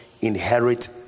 inherit